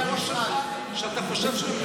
לא פחות שלי,